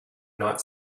not